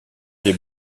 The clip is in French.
des